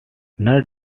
did